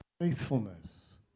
faithfulness